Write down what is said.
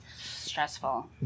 Stressful